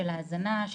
של האזנה,